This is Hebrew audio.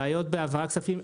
בעיות בהעברת כספים.